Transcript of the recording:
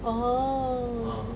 orh